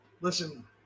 Listen